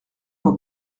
moi